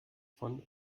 von